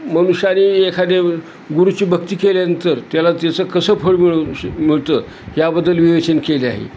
मनुष्याने एखादे गुरुची भक्ती केल्यानंतर त्याला तचं कसं फळ मिळू श मिळतं याबद्दल विवेचन केलं आहे